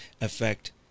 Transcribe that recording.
affect